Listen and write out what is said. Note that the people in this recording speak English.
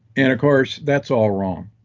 and of course, that's all wrong.